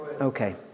Okay